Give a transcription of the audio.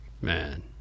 man